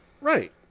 Right